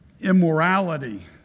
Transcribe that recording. immorality